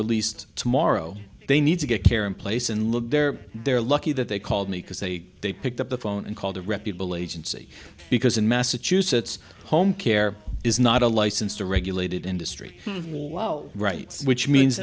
released tomorrow they need to get care in place and look they're they're lucky that they called me because they they picked up the phone and called a reputable agency because in massachusetts home care is not a licensed a regulated industry right which means